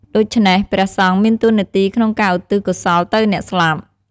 ដូច្នេះព្រះសង្ឃមានតួនាទីក្នុងការឧទ្ទិសកុសលទៅអ្នកស្លាប់។